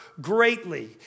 greatly